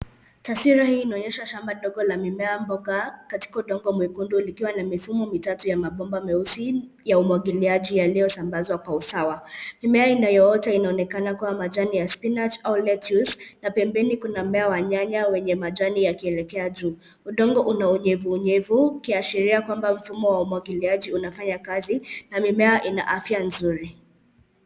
Taswira hii inaonyesha shamba dogo la mimea mboga katika udongo mwekundu likiwa ni mifumo mitatu ya mabomba meusi ya umwagiliaji yaliyosambazwa kwa usawa. Mimea inayoota inaonekana kuwa majani ya (cs)spinach(cs) au (cs)lettuce(cs) na pembeni kuna mmea wa nyanya wenye majani yakielekea juu. Udongo una unyevunyevu ukiashiria kwamba mfumo wa umwagiliaji unafanya kazi na mimea ina afya nzuri.